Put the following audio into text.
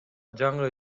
жаңы